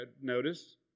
notice